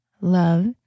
Love